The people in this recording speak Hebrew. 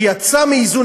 שיצא מאיזון,